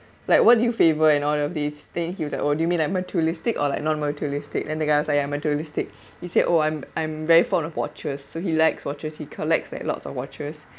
like what do you favor and all of these things he was like oh do you mean like materialistic or like not materialistic then the guy was like I mean materialistic he said oh I'm I'm very fond of watches so he likes watches he collects like lots of watches